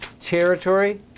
territory